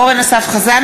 לחו"ל,